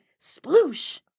Sploosh